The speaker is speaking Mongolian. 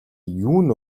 юун